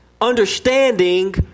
understanding